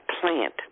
plant